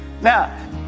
Now